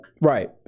Right